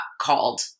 called